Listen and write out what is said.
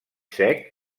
sec